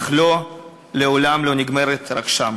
אך לעולם לא נגמרת רק שם.